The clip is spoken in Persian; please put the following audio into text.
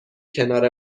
کنار